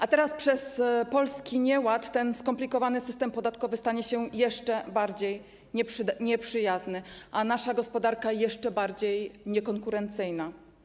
A teraz przez polski nieład ten skomplikowany system podatkowy stanie się jeszcze bardziej nieprzyjazny, a nasza gospodarka jeszcze bardziej niekonkurencyjna.